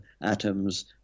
atoms